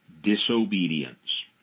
disobedience